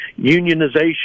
unionization